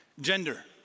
Gender